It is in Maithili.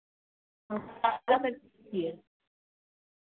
हम ताजा बेचै छियै